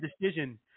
decision